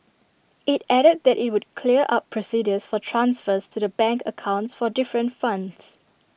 IT added that IT would clear up procedures for transfers to the bank accounts for different funds